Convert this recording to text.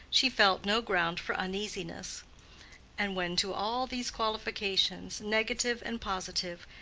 she felt no ground for uneasiness and when to all these qualifications, negative and positive,